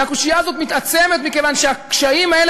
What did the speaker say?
והקושיה הזאת מתעצמת מכיוון שהקשיים האלה